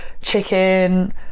chicken